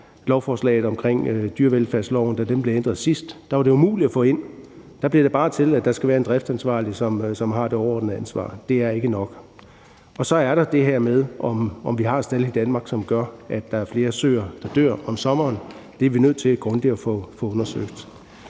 kom igennem, da dyrevelfærdsloven sidst blev ændret. Der var det umuligt at få det ind. Der blev det bare til, at der skal være en driftsansvarlig, som har det overordnede ansvar. Det er ikke nok. Og så er der det her med, om vi har stalde i Danmark, som gør, at der er flere søer, der dør om sommeren. Det er vi nødt til at få undersøgt